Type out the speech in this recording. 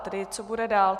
Tedy co bude dál.